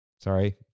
Sorry